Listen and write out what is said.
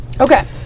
Okay